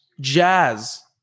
Jazz